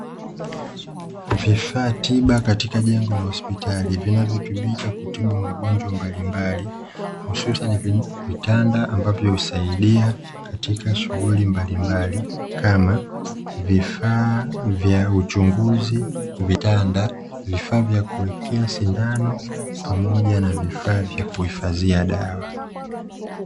Vifaa tiba katika jengo la hospitali, vinavyotumika kutibu magonjwa mbalimbali, hususa ni vitanda ambavyo husaidia katika shughuli mbalimbali, kama vifaa vya uchunguzi, vitanda, vifaa vya kuwekea sindano, pamoja na vifaa vya kuhifadhia dawa.